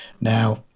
Now